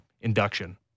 induction